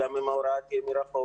גם אם ההוראה תהיה מרחוק,